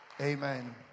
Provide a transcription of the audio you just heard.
Amen